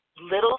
little